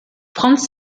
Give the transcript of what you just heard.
franz